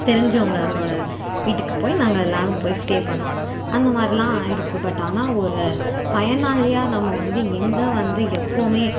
தெரிஞ்சவங்களோடய வீட்டுக்குப் போய் நாங்கள் எல்லோரும் போய் ஸ்டே பண்ணோம் அந்த மாதிரிலாம் ஆகிருக்கு பட் ஆனால் ஒரு பயனாளியாக நம்ம வந்து எங்கே வந்து எப்போதுமே